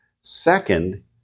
Second